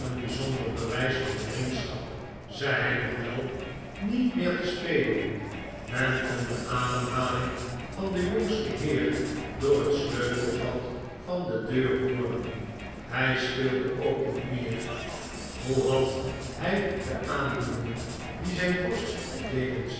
bewijs van vriendschap zei hij nog wel niet meer te spelen men kon de ademhaling van den jongsten heer door het sleutelgat van de deur hooren hij speelde ook niet meer hoe had hij de aandoeningen die zijn borst deden